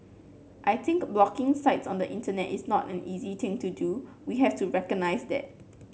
I think blocking sites on the Internet is not an easy thing to do we have to recognise that